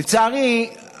לצערי,